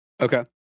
Okay